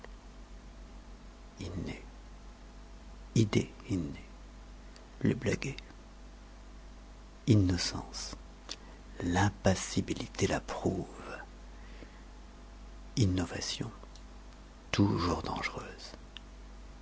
innées idées les blaguer innocence l'impassibilité la prouve innovation toujours dangereuse